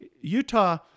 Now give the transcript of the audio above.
Utah